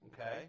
okay